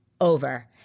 over